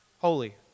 holy